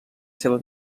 seva